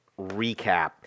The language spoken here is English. recap